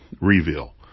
reveal